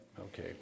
okay